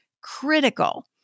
critical